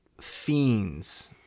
fiends